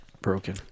broken